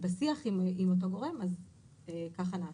בשיח עם אותו גורם אז כך נעשה.